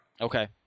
Okay